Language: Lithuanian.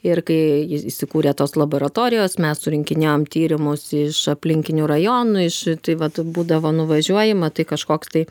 ir kai į įsikūrė tos laboratorijos mes surinkinėjom tyrimus iš aplinkinių rajonų iš tai vat būdavo nuvažiuoji matai kažkoks tai